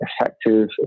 effective